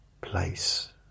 place